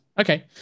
Okay